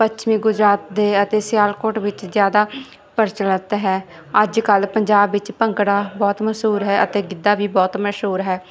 ਪੱਛਮੀ ਗੁਜਰਾਤ ਦੇ ਅਤੇ ਸਿਆਲਕੋਟ ਵਿੱਚ ਜ਼ਿਆਦਾ ਪ੍ਰਚਲਿਤ ਹੈ ਅੱਜ ਕੱਲ੍ਹ ਪੰਜਾਬ ਵਿੱਚ ਭੰਗੜਾ ਬਹੁਤ ਮਸ਼ਹੂਰ ਹੈ ਅਤੇ ਗਿੱਧਾ ਵੀ ਬਹੁਤ ਮਸ਼ਹੂਰ ਹੈ